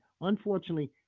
unfortunately